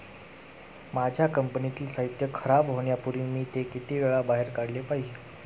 माझ्या कंपनीतील साहित्य खराब होण्यापूर्वी मी ते किती वेळा बाहेर काढले पाहिजे?